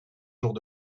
jours